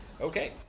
Okay